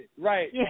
Right